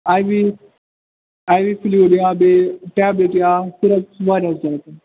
I V I V fluid یا بیٚیہِ tablet یا